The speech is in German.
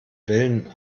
wellen